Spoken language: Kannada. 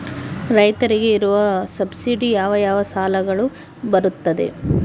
ರೈತರಿಗೆ ಇರುವ ಸಬ್ಸಿಡಿ ಯಾವ ಯಾವ ಸಾಲಗಳು ಬರುತ್ತವೆ?